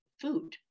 food